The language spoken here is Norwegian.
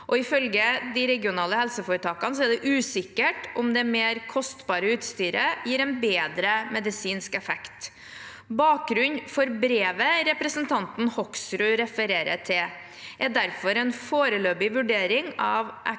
Ifølge de regionale helseforetakene er det usikkert om det mer kostbare utstyret gir en bedre medisinsk effekt. Bakgrunnen for brevet representanten Hoksrud refererer til, er derfor en foreløpig vurdering av effekt